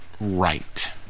right